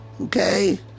okay